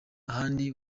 handi